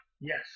Yes